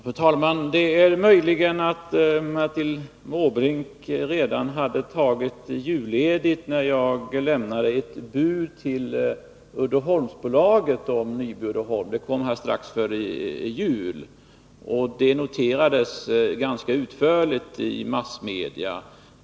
Fru talman! Det är möjligt att Bertil Måbrink redan hade tagit julledigt när jag lämnade ett bud till Uddeholmsbolaget beträffande Nyby Uddeholm. Det var strax före jul. Budet noterades ganska utförligt i massmedia.